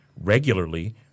regularly